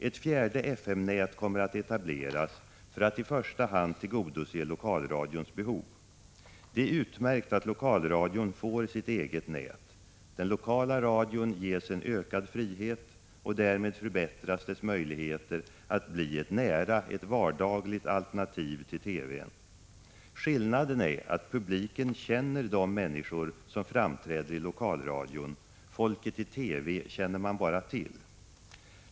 Ett fjärde FM-nät kommer att etableras för att i första hand tillgodose lokalradions behov. Det är utmärkt att lokalradion får sitt eget nät. Den lokala radion ges en ökad valfrihet. Därmed förbättras dess möjligheter att bli ett nära och vardagligt alternativ till TV-n. Skillnaden är att publiken känner de människor som framträder i lokalradion — folket i TV känner man bara till.